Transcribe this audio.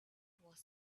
was